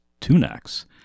tunax